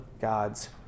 God's